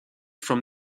from